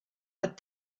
but